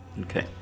Okay